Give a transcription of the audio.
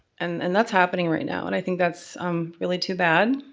and and that's happening right now, and i think that's um really too bad.